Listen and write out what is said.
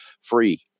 free